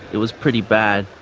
it was pretty bad.